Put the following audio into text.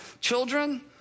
children